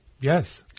Yes